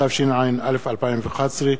התשע"א 2011,